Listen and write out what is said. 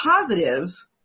positive